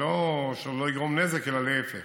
ושלא יגרום נזק אלא להפך.